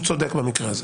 הוא צודק במקרה הזה.